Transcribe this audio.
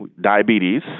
diabetes